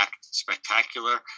spectacular